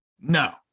No